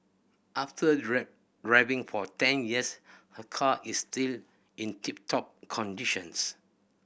after driving for ten years her car is still in tip top conditions